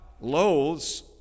loathes